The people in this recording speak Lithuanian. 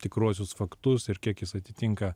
tikruosius faktus ir kiek jis atitinka